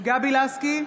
גבי לסקי,